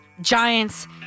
Giants